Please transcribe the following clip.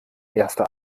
erste